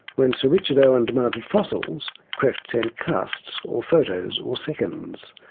when sir richard owen demanded fossils, krefft sent casts or photos or seconds.